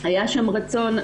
היה שם רצון,